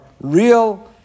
real